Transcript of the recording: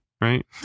right